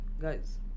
guys